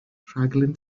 rhaglen